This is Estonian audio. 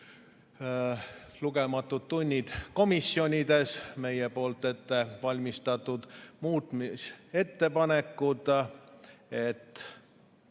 lugematud tunnid komisjonides, meie ettevalmistatud muudatusettepanekud,